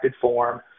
form